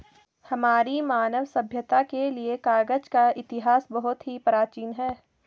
हमारी मानव सभ्यता के लिए कागज का इतिहास बहुत ही प्राचीन है